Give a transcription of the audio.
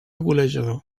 golejador